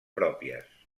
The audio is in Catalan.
pròpies